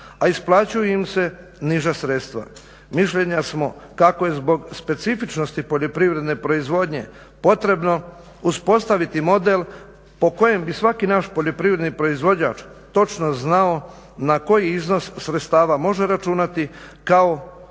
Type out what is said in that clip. a isplaćuju im se niža sredstva. Mišljenja smo kako je zbog specifičnosti poljoprivredne proizvodnje potrebno uspostaviti model po kojem bi svaki naš poljoprivredni proizvođač točno znao na koji iznos sredstava može računati kao